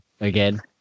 again